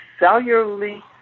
cellularly